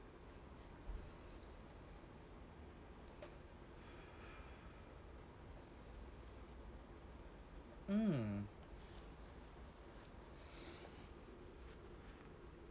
mm